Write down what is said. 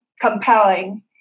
compelling